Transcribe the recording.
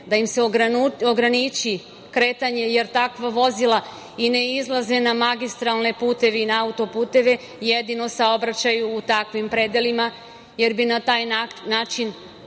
da im se ograniči kretanje, jer takva vozila i ne izlaze na magistralne puteve i autoputeve, jedino saobraćaju u takvim predelima, jer bi na taj način